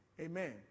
Amen